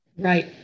Right